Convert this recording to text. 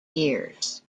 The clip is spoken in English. years